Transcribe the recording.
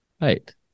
Right